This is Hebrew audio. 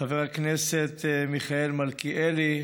חבר הכנסת מיכאל מלכיאלי,